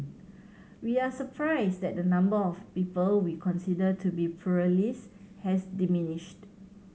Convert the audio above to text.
we are surprised that the number of people we consider to be pluralist has diminished